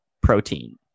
protein